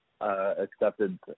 accepted